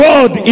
God